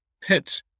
pit